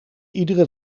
iedere